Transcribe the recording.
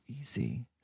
easy